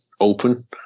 open